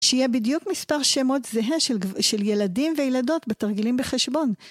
שיהיה בדיוק מספר שמות זהה של ילדים וילדות בתרגילים בחשבון.